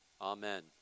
amen